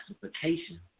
classification